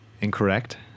incorrect